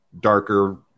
darker